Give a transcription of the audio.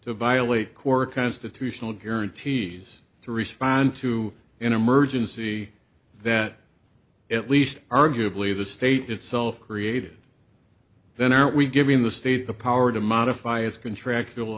to violate core constitutional guarantees to respond to an emergency that at least arguably the state itself created then are we giving the state the power to modify its contractual